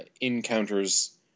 encounters